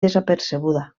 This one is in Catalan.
desapercebuda